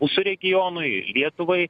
mūsų regionui lietuvai